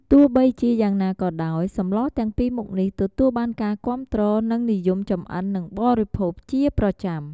ទោះបីជាយ៉ាងណាក៍ដោយសម្លទាំងពីរមុខនេះ ទទួលបានការគាំទ្រ និងនិយមចម្អិននិងបរិភោគជាប្រចាំ។